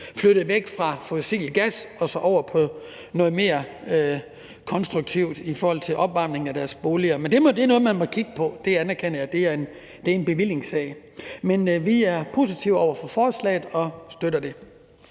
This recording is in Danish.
flyttet væk fra fossil gas og over til noget mere konstruktivt i forhold til opvarmning af deres boliger. Men det er noget, man må kigge på – det anerkender jeg er en bevillingssag. Men vi er positive over for forslaget og støtter det.